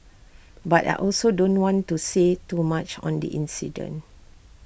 but I also don't want to say too much on the incident